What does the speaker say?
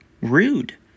rude